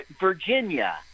Virginia